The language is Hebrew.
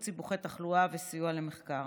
תיעוד סיבוכי תחלואה וסיוע למחקר.